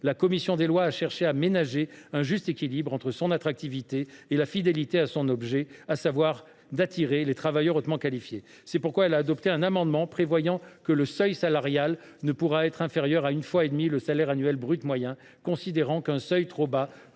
la commission des lois a cherché à ménager un juste équilibre entre son attractivité et la fidélité à son objet : attirer les travailleurs hautement qualifiés. C’est pourquoi elle a adopté un amendement tendant à préciser que le seuil salarial ne pourra être inférieur à 1,5 fois le salaire annuel brut moyen, considérant qu’un seuil trop bas